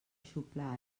xuplar